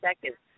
seconds